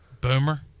Boomer